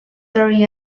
tori